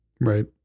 Right